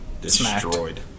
destroyed